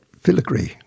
filigree